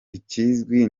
ikizwi